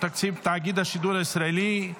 תקציב תאגיד השידור הישראלי),